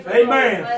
amen